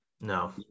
No